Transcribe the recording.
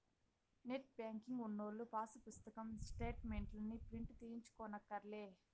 net banking ఉన్నోల్లు pass పుస్తకం స్టేటు మెంట్లుని ప్రింటు తీయించుకోనక్కర్లే